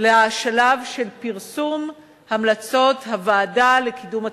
לשלב של פרסום המלצות הוועדה לקידום התחרותיות,